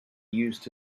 used